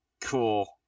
Cool